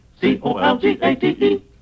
C-O-L-G-A-T-E